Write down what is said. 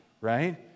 right